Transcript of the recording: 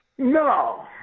No